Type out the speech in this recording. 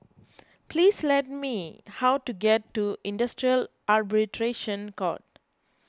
please tell me how to get to Industrial Arbitration Court